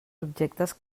objectes